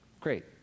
great